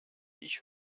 ich